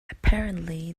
apparently